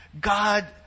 God